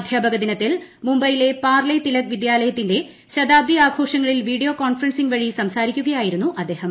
അധ്യാപകദിനത്തിൽ മുംബൈ യിലെ പാർലെ തിലക് വിദ്യാലയത്തിന്റെ ശതാബ്ദി ആഘോഷ ങ്ങളിൽ വീഡിയോ കോൺഫറൻസിംഗ് വഴി സംസാരിക്കു കയായിരുന്നു അദ്ദേഹം